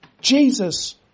Jesus